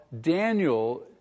Daniel